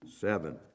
Seven